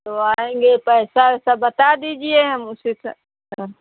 तो आएंगे पैसा वैसा बता दीजिए हम उसी से अच्छा